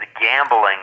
gambling